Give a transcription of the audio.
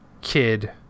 kid